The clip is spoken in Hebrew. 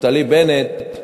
נפתלי בנט,